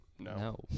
no